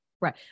right